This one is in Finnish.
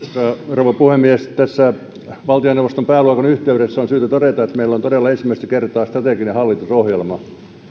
rouva puhemies tässä valtioneuvoston pääluokan yhteydessä on syytä todeta että meillä on todella ensimmäistä kertaa strateginen hallitusohjelma